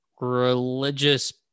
religious